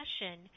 session